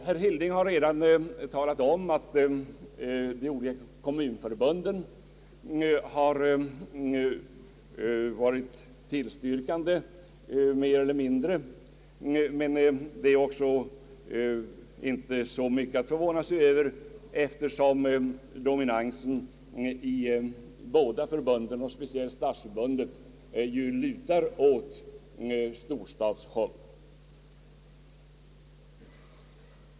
Herr Hilding har redan nämnt att Stadsförbundet och Kommunförbundet mer eller mindre tillstyrkt motionen, men det är inte så mycket att förvåna sig Över, eftersom storstadsintressen dominerar speciellt i Stadsförbundet.